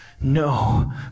No